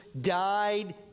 died